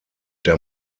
der